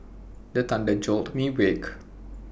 the thunder jolt me wake